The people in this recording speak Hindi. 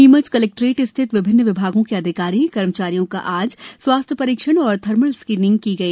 नीमच कलेक्ट्रेट स्थित विभिन्न विभागों के अधिकारीकर्मचारियों का आज स्वास्थ्य परीक्षण एवं थर्मल स्क्रीनिंग की गई